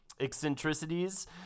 Eccentricities